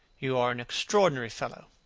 you are an extraordinary fellow.